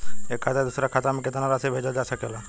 एक खाता से दूसर खाता में केतना राशि भेजल जा सके ला?